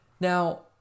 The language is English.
Now